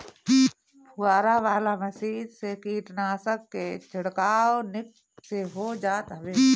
फुहारा वाला मशीन से कीटनाशक के छिड़काव निक से हो जात हवे